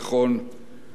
חברי הכנסת,